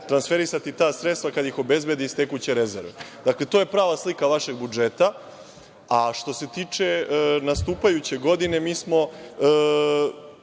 transferisati ta sredstva kad ih obezbedi iz tekuće rezerve. Dakle, to je prava slika vašeg budžeta. Što se tiče nastupajuće godine, mi smo,